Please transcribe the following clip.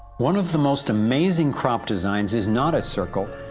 one of the most amazing crop designs is not a circle,